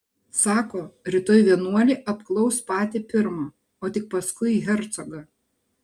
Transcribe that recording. sako rytoj vienuolį apklaus patį pirmą o tik paskui hercogą